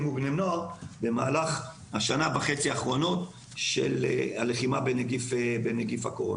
ובני נוער במהלך השנה וחצי האחרונות של הלחימה בנגיף הקורונה.